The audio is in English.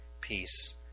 peace